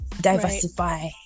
diversify